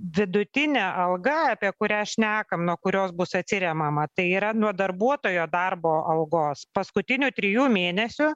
vidutinė alga apie kurią šnekam nuo kurios bus atsiriamiama tai yra nuo darbuotojo darbo algos paskutinių trijų mėnesių